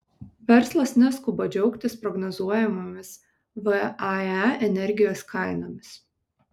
verslas neskuba džiaugtis prognozuojamomis vae energijos kainomis